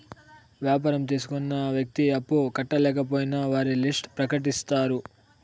వ్యాపారం తీసుకున్న వ్యక్తి అప్పు కట్టకపోయినా వారి లిస్ట్ ప్రకటిత్తారు